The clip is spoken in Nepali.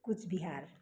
कुचबिहार